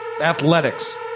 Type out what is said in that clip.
Athletics